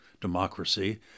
democracy